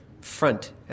front